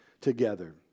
together